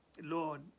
Lord